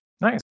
Nice